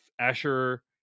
Asher